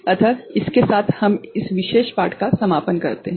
अतः इसके साथ हम इस विशेष पाठ का समापन करते हैं